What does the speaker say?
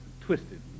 Twisted